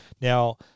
now